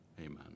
Amen